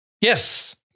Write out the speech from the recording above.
Yes